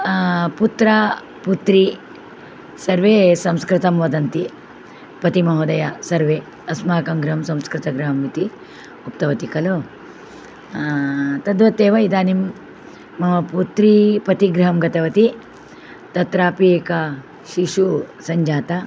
पुत्रः पुत्री सर्वे संस्कृतं वदन्ति पतिमहोदयः सर्वे अस्माकं गृहं संस्कृतगृहम् इति उक्तवती खलु तद्वदेव इदानीं मम पुत्री पतिगृहं गतवती तत्रापि एकः शिशुः सञ्जाता